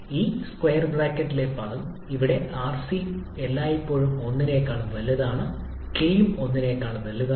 ഈ സ്ക്വയർ ബ്രാക്കറ്റിലെ പദം ഇവിടെ rc എല്ലായ്പ്പോഴും 1 നേക്കാൾ വലുതാണ് k യും 1 നെക്കാൾ വലുതാണ്